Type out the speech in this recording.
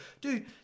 Dude